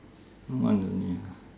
one only ah